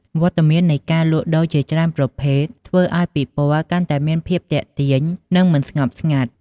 វត្តមាននៃការលក់ដូរជាច្រើនប្រភេទ ធ្វើឱ្យពិព័រណ៍កាន់តែមានភាពទាក់ទាញ និងមិនស្ងប់ស្ងាត់។